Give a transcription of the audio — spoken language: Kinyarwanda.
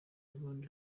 abandi